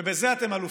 ובזה אתם אלופים,